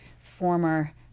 former